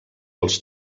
els